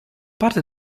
parte